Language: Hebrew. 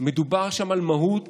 מדובר שם על מהות